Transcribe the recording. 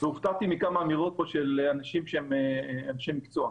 והופתעתי מכמה אמירות פה של אנשים שהם אנשי מקצוע.